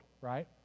right